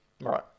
Right